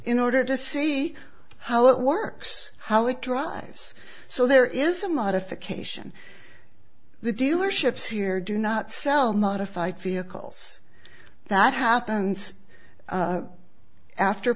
in order to see how it works how it drives so there is a modification the dealerships here do not sell modified vehicles that happens after